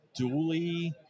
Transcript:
Dually